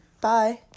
Bye